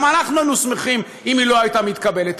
גם אנחנו היינו שמחים אם היא לא הייתה מתקבלת.